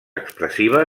expressiva